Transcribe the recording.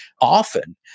often